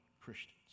Christians